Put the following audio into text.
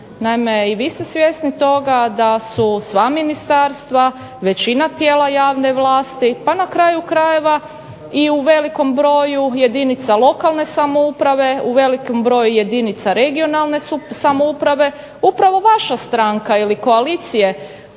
i vi ste svjesni toga da su sva ministarstva većina tijela javne vlasti, pa na kraju krajeva i u velikom broju jedinica lokalne samouprave u velikom broju jedinica regionalne samouprave upravo vaša stranka ili koalicije